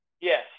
Yes